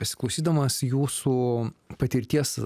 besiklausydamas jūsų patirties